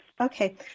Okay